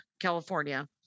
california